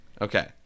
Okay